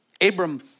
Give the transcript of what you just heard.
Abram